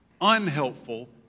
unhelpful